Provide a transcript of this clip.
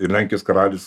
ir lenkijos karalius